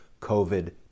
COVID